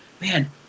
Man